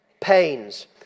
pains